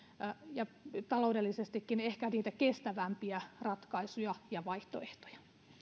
ja taloudellisestikin ehkä kestävämpiä ratkaisuja ja vaihtoehtoja